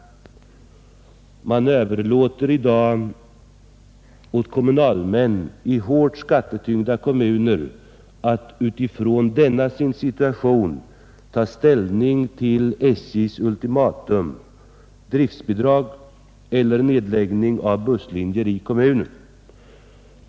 Man överlåter i dag åt kommunalmän i hårt skattetyngda kommuner att utifrån denna sin situation ta ställning till SJ:s ultimatum: driftbidrag eller nedläggning av busslinjer i kommunen.